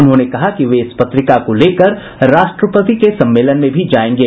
उन्होंने कहा कि वे इस पत्रिका को लेकर राष्ट्रपति के सम्मेलन में भी जाएंगे